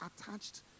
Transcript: attached